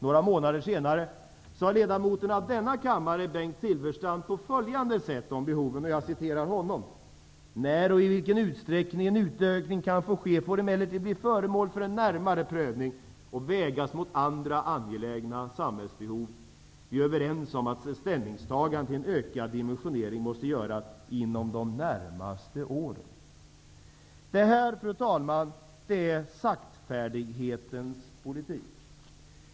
Några månader senare sade ledamoten av denna kammare Bengt Silfverstrand på följande sätt om behoven: När och i vilken utsträckning en utökning kan få ske får emellertid bli föremål för en närmare prövning och vägas mot andra angelägna samhällsbehov. Vi är överens om att ställningstaganden till en ökad dimensionering måste göras inom de närmaste åren. Fru talman! Detta är saktfärdighetens politik.